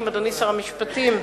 אדוני שר המשפטים,